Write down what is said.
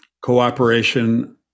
cooperation